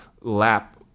lap